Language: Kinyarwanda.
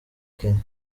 kenya